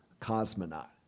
cosmonaut